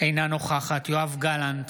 אינה נוכחת יואב גלנט,